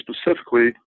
specifically